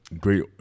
Great